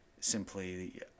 simply